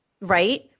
Right